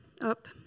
up